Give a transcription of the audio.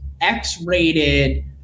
x-rated